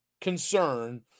concern